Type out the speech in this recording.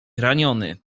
raniony